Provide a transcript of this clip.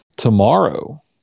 Tomorrow